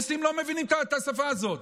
טרוריסטים לא מבינים את השפה הזאת,